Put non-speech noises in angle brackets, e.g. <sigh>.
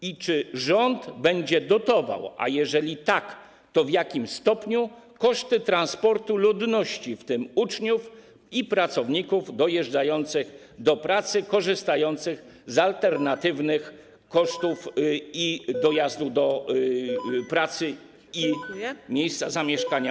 I czy rząd będzie dotował - a jeżeli tak, to w jakim stopniu - koszty transportu ludności, w tym uczniów i pracowników dojeżdżających do pracy i korzystających z alternatywnych <noise> pojazdów oraz dojazdu do pracy i miejsca zamieszkania?